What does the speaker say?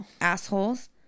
Assholes